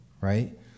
right